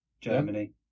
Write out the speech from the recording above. Germany